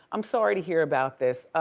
i'm sorry to hear about this.